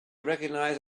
recognize